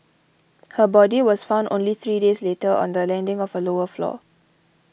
her body was found only three days later on the landing of a lower floor